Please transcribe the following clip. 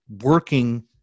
working